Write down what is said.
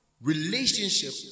relationship